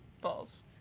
Balls